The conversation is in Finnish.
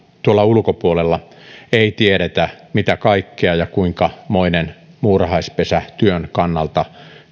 tuolla ulkopuolella ei tiedetä mitä kaikkea ja kuinkamoinen muurahaispesä työn kannalta